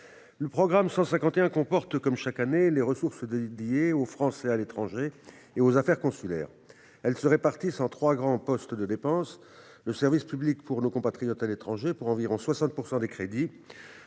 Le programme 151 comporte, comme chaque année, les ressources dédiées aux Français à l'étranger et aux affaires consulaires. Elles se répartissent entre trois grands postes de dépense : le service public pour nos compatriotes à l'étranger pour environ 60 % des crédits